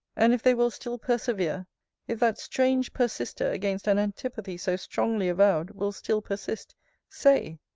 and if they will still persevere if that strange persister against an antipathy so strongly avowed, will still persist say,